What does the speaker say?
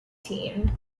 team